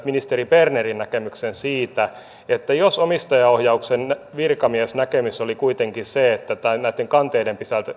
ministeri bernerin näkemyksen siitä että jos omistajaohjauksen virkamiesnäkemys oli kuitenkin se että näitten kanteiden